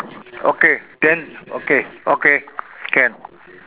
okay then okay okay can